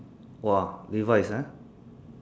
!whoa! levi's ah